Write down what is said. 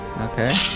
Okay